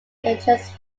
entrance